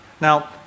Now